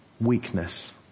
Weakness